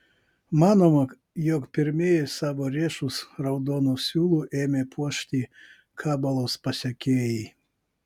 manoma jog pirmieji savo riešus raudonu siūlu ėmė puošti kabalos pasekėjai